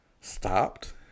stopped